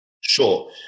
Sure